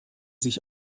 sich